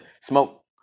Smoke